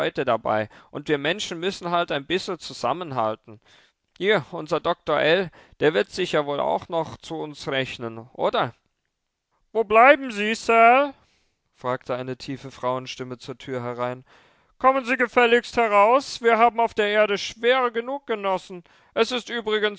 dabei und wir menschen müssen halt ein bissel zusammenhalten hier unser doktor ell der wird sich ja wohl auch noch zu uns rechnen oder wo bleiben sie sal fragte eine tiefe frauenstimme zur tür herein kommen sie gefälligst heraus wir haben auf der erde schwere genug genossen es ist übrigens